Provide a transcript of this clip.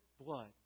blood